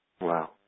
Wow